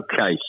Okay